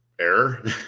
error